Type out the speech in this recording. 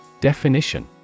Definition